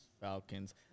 Falcons